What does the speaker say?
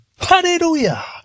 Hallelujah